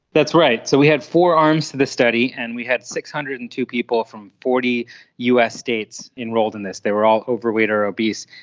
that's right. so we had four arms to this study and we had six hundred and two people from forty us us states enrolled in this, they were all overweight or obese,